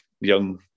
young